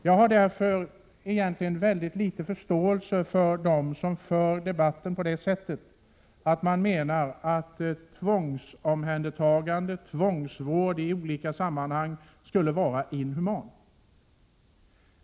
Jag har därför mycket liten förståelse för dem som menar att tvångsomhändertaganden och tvångsvård skulle vara inhumana.